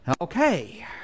okay